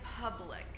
public